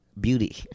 beauty